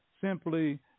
simply